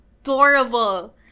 adorable